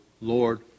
Lord